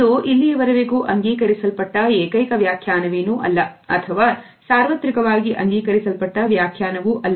ಇದು ಇಲ್ಲಿಯವರೆವಿಗೂ ಅಂಗೀಕರಿಸಲ್ಪಟ್ಟ ಏಕೈಕ ವ್ಯಾಖ್ಯಾನವೇನು ಅಲ್ಲ ಅಥವಾ ಸಾರ್ವತ್ರಿಕವಾಗಿ ಅಂಗೀಕರಿಸಲ್ಪಟ್ಟ ವ್ಯಾಖ್ಯಾನವು ಅಲ್ಲ